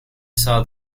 saw